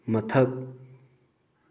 ꯃꯊꯛ